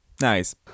nice